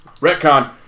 Retcon